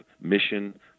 mission